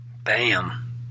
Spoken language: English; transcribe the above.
Bam